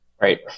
Right